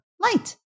light